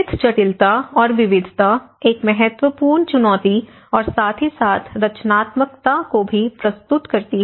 समृद्ध जटिलता और विविधता एक महत्वपूर्ण चुनौती और साथ ही साथ रचनात्मकता को भी प्रस्तुत करती है